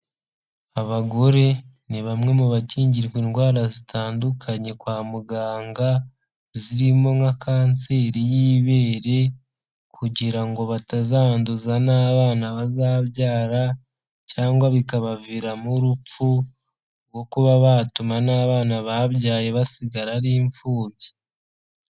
Abagore ni bamwe mu bakingirwa indwara zitandukanye kwa muganga, zirimo nka kanseri y'ibere kugira ngo batazanduza n'abana bazabyara cyangwa bikabaviramo urupfu nko kuba batuma n'abana babyaye basigara ari imfubyi.